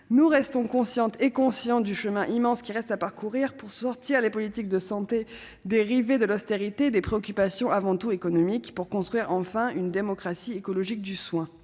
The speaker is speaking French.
Nous restons aussi conscientes et conscients du chemin immense qui reste à parcourir pour sortir les politiques de santé des rivets de l'austérité et des préoccupations avant tout économiques, et pour construire enfin une démocratie écologique du soin.